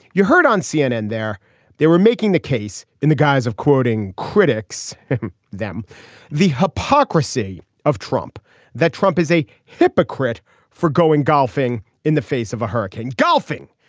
you heard on cnn there they were making the case in the guise of quoting critics them the hypocrisy of trump that trump is a hypocrite for going golfing in the face of a hurricane. golfing.